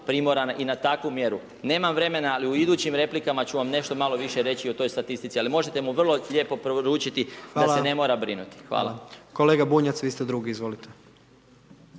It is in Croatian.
premorena i na takvu mjeru. Nemam vremena, ali u idućim replikama ću vam nešto malo više reći i o toj statistici, ali možete mu vrlo lijepo poručiti, da se ne mora brinuti. Hvala. **Jandroković, Gordan (HDZ)** Kolega Bunjac, vi ste drugi, izvolite.